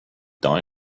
die